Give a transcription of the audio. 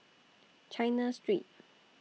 China Street